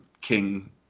King